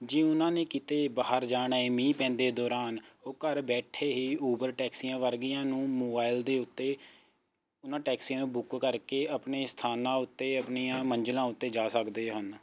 ਜੇ ਉਹਨਾਂ ਨੇ ਕਿਤੇ ਬਾਹਰ ਜਾਣਾ ਹੈ ਮੀਂਹ ਪੈਂਦੇ ਦੌਰਾਨ ਉਹ ਘਰ ਬੈਠੇ ਹੀ ਊਬਰ ਟੈਕਸੀਆਂ ਵਰਗੀਆਂ ਨੂੰ ਮੋਬਾਇਲ ਦੇ ਉੱਤੇ ਉਹਨਾਂ ਟੈਕਸੀਆਂ ਨੂੰ ਬੁੱਕ ਕਰਕੇ ਆਪਣੇ ਸਥਾਨਾਂ ਉੱਤੇ ਆਪਣੀਆਂ ਮੰਜ਼ਿਲਾਂ ਉੱਤੇ ਜਾ ਸਕਦੇ ਹਨ